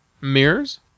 Mirrors